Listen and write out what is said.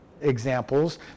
examples